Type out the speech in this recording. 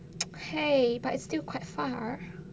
!hey! but it's still quite far